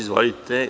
Izvolite.